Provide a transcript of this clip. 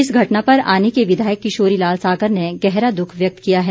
इस घटना पर आनी के विधायक किशोरी लाल सागर ने गहरा दुख व्यक्त किया है